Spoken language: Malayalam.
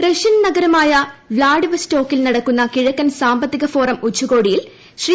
റഷ്യൻ നഗരമായ വ്ളാഡിവസ്റ്റോക്കിൽ നടക്കുന്ന കിഴക്കൻ സാമ്പത്തിക ഫോറം ഉച്ചകോടിയിൽ ശ്രീ